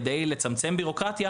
כדי לצמצם ביורוקרטיה,